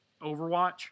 overwatch